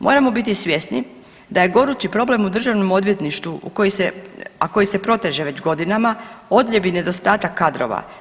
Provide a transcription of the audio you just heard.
Moramo biti svjesni da je gorući problem u Državnom odvjetništvu u koji se, a koji se proteže već godinama odljev i nedostatak kadrova.